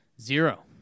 Zero